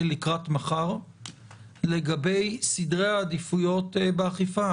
לקראת מחר לגבי סדרי העדיפויות באכיפה?